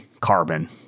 carbon